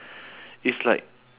it's like